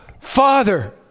Father